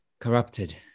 Corrupted